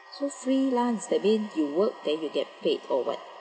so freelance that mean you work then you get paid or what